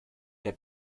der